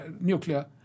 nuclear